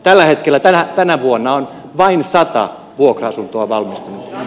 tällä hetkellä tänä vuonna on vain sata vuokra asuntoa valmistunut